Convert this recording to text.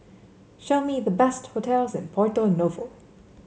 show me the best hotels in Porto Novo